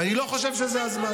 ואני לא חושב שזה הזמן.